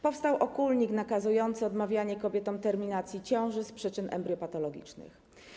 Powstał okólnik nakazujący odmawianie kobietom terminacji ciąży z przyczyn embriopatologicznych.